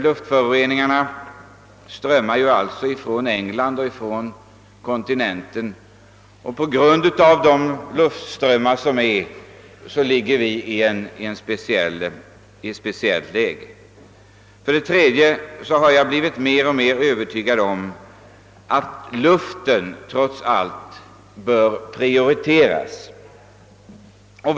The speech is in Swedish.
Luftföroreningarna strömmar nämligen hit från England och kontinenten. Det tredje skälet har varit att jag blivit mer och mer övertygad om att luftvården trots allt bör prioriteras. Varför?